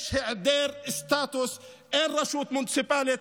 היעדר סטטוס, אין רשות מוניציפלית.